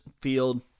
field